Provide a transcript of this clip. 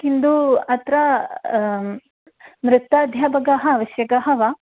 कितु अत्र नृत्याध्यापकः आवश्यकः वा